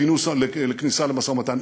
לכניסה למשא-ומתן.